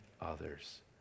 others